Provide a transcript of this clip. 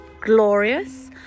glorious